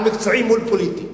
על מקצועי מול פוליטי,